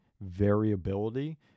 variability